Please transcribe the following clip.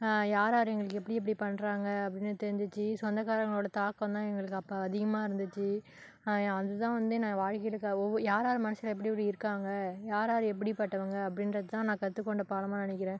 யார் யார் எங்களுக்கு எப்படி எப்படி பண்ணுறாங்க அப்படின்னு தெரிஞ்சிச்சு சொந்தக்காரங்களோட தாக்கம் தான் எங்களுக்கு அப்போ அதிகமாக இருந்துச்சு அதுதான் வந்து நான் வாழ்க்கையில இருக்க ஒவ்வொரு யார் யார் மனுஷங்க எப்படி எப்படி இருக்காங்க யார் யார் எப்படி பட்டவங்க அப்படின்றது தான் நான் கற்றுக்கொண்ட பாடமாக நினைக்கிறேன்